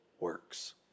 works